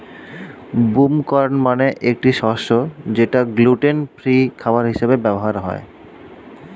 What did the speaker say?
broom corn মানে একটি শস্য যেটা গ্লুটেন ফ্রি খাবার হিসেবে ব্যবহার হয়